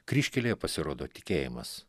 kryžkelėje pasirodo tikėjimas